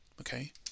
okay